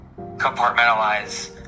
compartmentalize